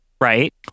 right